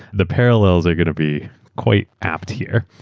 the parallels are going to be quite apt here.